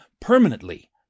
permanently